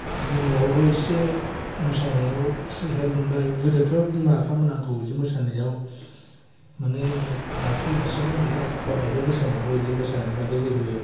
बिदिनो न'आवबो इसे मोसानायाव इसे हेल्प मोनबाय गोदोथ' बिमा बिफामोनहा आंखौ बिदि मोसानायाव मानि दाथ' इदिसोमोन नालाय फरायनायावल' गोसो होनांगौ बिदि मोसानायनि बागै जेबो